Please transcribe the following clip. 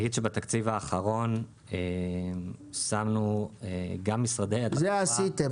בתקציב האחרון שמנו -- את זה עשיתם.